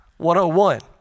101